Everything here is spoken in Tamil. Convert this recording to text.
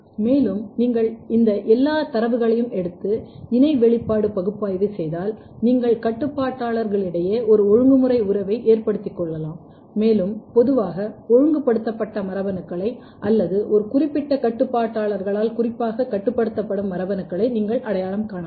மேலும் நீங்கள் இந்த எல்லா தரவையும் எடுத்து இணை வெளிப்பாடு பகுப்பாய்வு செய்தால் நீங்கள் கட்டுப்பாட்டாளர்களிடையே ஒரு ஒழுங்குமுறை உறவை ஏற்படுத்திக் கொள்ளலாம் மேலும் பொதுவாக ஒழுங்குபடுத்தப்பட்ட மரபணுக்களை அல்லது ஒரு குறிப்பிட்ட கட்டுப்பாட்டாளர்களால் குறிப்பாக கட்டுப்படுத்தப்படும் மரபணுக்களை நீங்கள் அடையாளம் காணலாம்